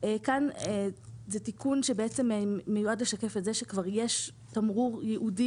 כאן זה תיקון שמיועד לשקף את זה שיש כבר תמרור ייעודי